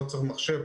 לא צריך מחשב,